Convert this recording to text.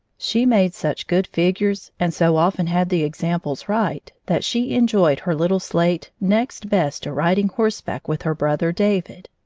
she made such good figures and so often had the examples right that she enjoyed her little slate next best to riding horseback with her brother david.